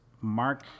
mark